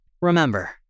Remember